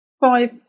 five